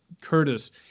Curtis